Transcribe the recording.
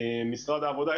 משרד העבודה,